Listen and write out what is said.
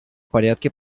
порядке